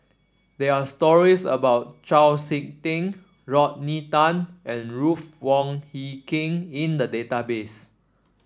there are stories about Chau SiK Ting Rodney Tan and Ruth Wong Hie King in the database